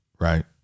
right